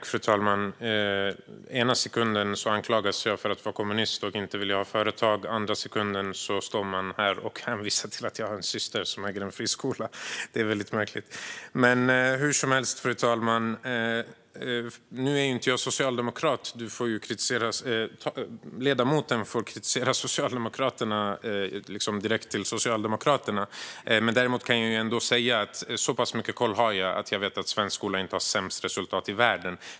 Fru talman! Ena sekunden anklagas jag för att vara kommunist och inte vilja ha företag, i nästa sekund hänvisar man till att jag har en syster som äger en friskola. Det är väldigt märkligt. Fru talman! Nu är jag inte socialdemokrat. Ledamoten får framföra sin kritik direkt till Socialdemokraterna, men jag kan säga att så pass mycket koll har jag att jag vet att svensk skola inte har sämst resultat i världen.